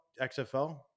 XFL